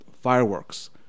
Fireworks